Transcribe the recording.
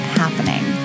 happening